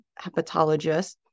hepatologist